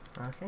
Okay